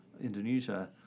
Indonesia